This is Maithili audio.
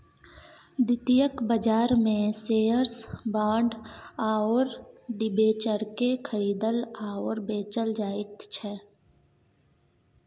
द्वितीयक बाजारमे शेअर्स बाँड आओर डिबेंचरकेँ खरीदल आओर बेचल जाइत छै